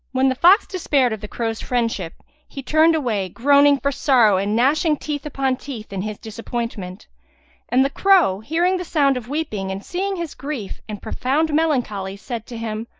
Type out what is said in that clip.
when the fox despaired of the crow's friendship, he turned away, groaning for sorrow and gnashing teeth upon teeth in his disappointment and the crow, hearing the sound of weeping and seeing his grief and profound melancholy, said to him,